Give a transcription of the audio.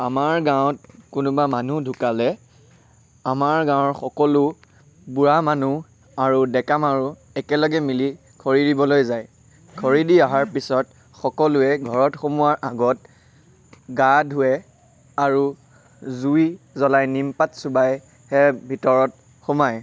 আমাৰ গাঁৱত কোনোবা মানুহ ঢুকালে আমাৰ গাঁৱৰ সকলো বুঢ়া মানুহ আৰু ডেকা মানুহ একেলগে মিলি খৰি দিবলৈ যায় খৰি দি অহাৰ পিছত সকলোৱে ঘৰত সোমোৱাৰ আগত গা ধুৱে আৰু জুই জ্বলাই নিমপাত চুবাইহে ভিতৰত সোমায়